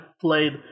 played